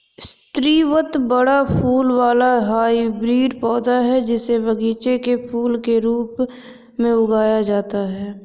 स्रीवत बड़ा फूल वाला हाइब्रिड पौधा, जिसे बगीचे के फूल के रूप में उगाया जाता है